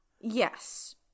Yes